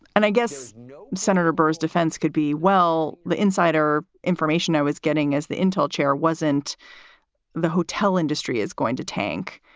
and i guess no senator burr's defense could be. well, the insider information i was getting as the intel chair wasn't the hotel industry is going to tank.